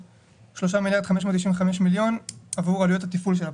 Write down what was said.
שלושה מיליארד ו-595 מיליון ₪ עבור עלויות התפעול של הפרויקט,